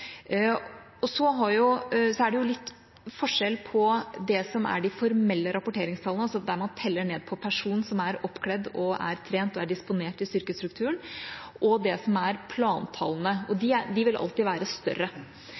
innretter. Så er det litt forskjell på det som er de formelle rapporteringstallene, der man teller ned på person som er oppkledd, trent og disponert i styrkestrukturen, og det som er plantallene. De vil alltid være større.